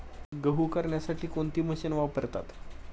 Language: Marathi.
गहू करण्यासाठी कोणती मशीन वापरतात?